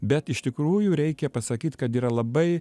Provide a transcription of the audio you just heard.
bet iš tikrųjų reikia pasakyt kad yra labai